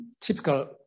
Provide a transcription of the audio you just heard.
typical